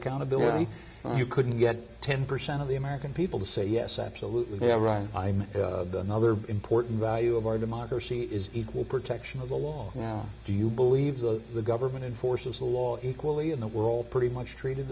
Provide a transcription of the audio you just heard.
accountability you couldn't get ten percent of the american people to say yes absolutely they have run i mean another important value of our democracy is equal protection of the law do you believe that the government enforces the law equally in the world pretty much treated